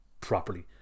properly